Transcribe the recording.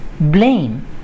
blame